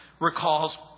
recalls